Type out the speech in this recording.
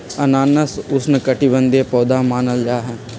अनानास उष्णकटिबंधीय पौधा मानल जाहई